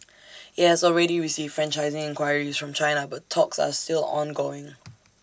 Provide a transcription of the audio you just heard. IT has already received franchising enquiries from China but talks are still ongoing